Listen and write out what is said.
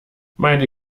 meine